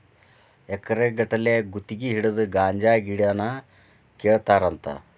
ಎಕರೆ ಗಟ್ಟಲೆ ಗುತಗಿ ಹಿಡದ ಗಾಂಜಾ ಗಿಡಾನ ಕೇಳತಾರಂತ